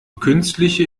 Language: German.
künstliche